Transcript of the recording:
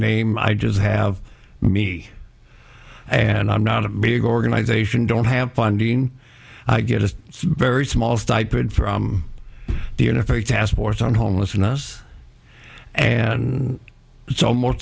name i just have me and i'm not a big organization don't have funding i get a very small stipend for the unified task force on homelessness and so more